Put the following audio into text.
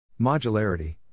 Modularity